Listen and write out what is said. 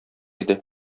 иде